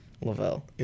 Lavelle